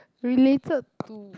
related to